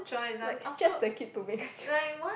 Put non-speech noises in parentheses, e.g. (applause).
like stress the kid to make a choice (breath)